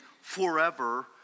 forever